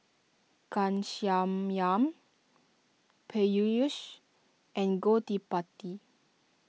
Ghanshyam Peyush and Gottipati